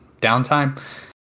downtime